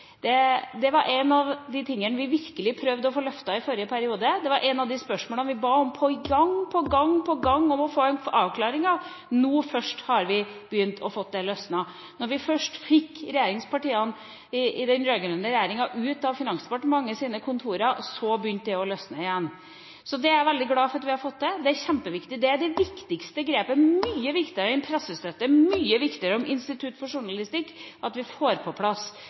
digitale. Det var en av de tingene vi virkelig prøvde å få løftet i forrige periode. Det var et av de spørsmålene vi gang på gang ba om å få en avklaring på. Nå først har det begynt å løsne. Når vi fikk regjeringspartiene i den rød-grønne regjeringa ut av Finansdepartementets kontorer, begynte det å løsne. Jeg er veldig glad for at vi har fått det til. Det er kjempeviktig. Det er det viktigste grepet, mye viktigere enn pressestøtte, mye viktigere enn Institutt for Journalistikk, at vi får på plass